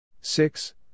six